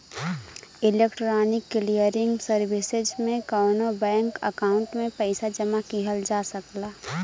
electronic clearing services में कउनो bank account में पइसा जमा किहल जा सकला